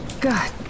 God